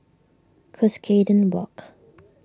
Cuscaden Walk